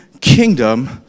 kingdom